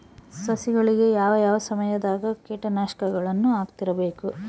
ಸಸಿಗಳಿಗೆ ಯಾವ ಯಾವ ಸಮಯದಾಗ ಕೇಟನಾಶಕಗಳನ್ನು ಹಾಕ್ತಿರಬೇಕು?